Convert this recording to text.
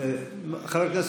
בחוק הקודם.